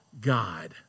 God